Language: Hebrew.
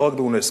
לא רק באונסק"ו,